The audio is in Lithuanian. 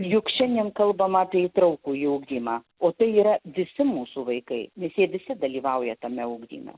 juk šiandien kalbam apie įtraukųjį ugdymą o tai yra visi mūsų vaikai nes jie visi dalyvauja tame ugdyme